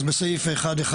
בסעיף 1(1)